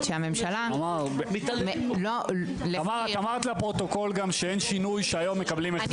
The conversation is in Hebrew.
שהממשלה -- אמרת גם לפרוטוקול שאין שינוי והיום מקבלים החזר.